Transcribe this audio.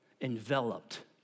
enveloped